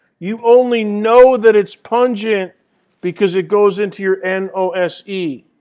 you only know that it's pungent because it goes into your n o s e,